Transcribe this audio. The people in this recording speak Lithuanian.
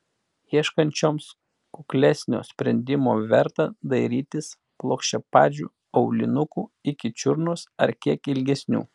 ieškančioms kuklesnio sprendimo verta dairytis plokščiapadžių aulinukų iki čiurnos ar kiek ilgesnių